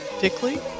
Dickley